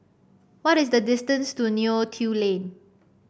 what is the distance to Neo Tiew Lane